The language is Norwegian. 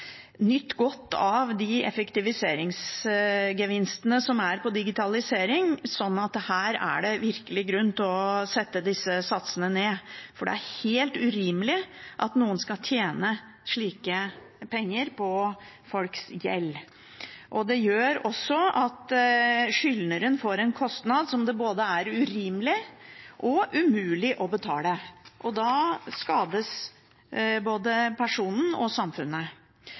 nytt godt av effektiviseringsgevinstene som følger av digitalisering, så her er det virkelig grunn til å sette satsene ned, for det er helt urimelig at noen skal tjene slike penger på folks gjeld. Det gjør også at skyldneren får en kostnad som både er urimelig og umulig å betale. Da skades både personen og samfunnet.